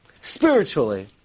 spiritually